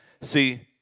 See